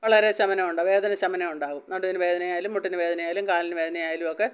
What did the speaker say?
വളരെ ശമനമുണ്ടവും വേദന ശമനമുണ്ടാവും നടുവിന് വേദനയായാലും മുട്ടിന് വേദനയായാലും കാലിന് വേദനയായാലുവമൊക്കെ